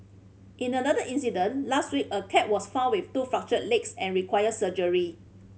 in another incident last week a cat was found with two fractured legs and required surgery